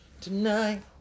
tonight